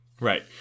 Right